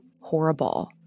horrible